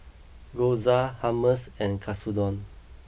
Gyoza Hummus and Katsudon